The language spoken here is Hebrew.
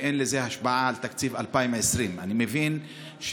ואין לזה השפעה על תקציב 2020. אני מבין של-2020